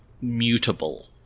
mutable